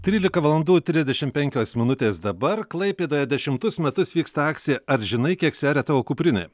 trylika valandų trisdešimt penkios minutės dabar klaipėdoje dešimtus metus vyksta akcija ar žinai kiek sveria tavo kuprinė